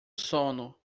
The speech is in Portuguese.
sono